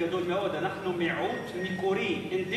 אני אומר שיש הבדל גדול מאוד.